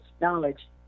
knowledge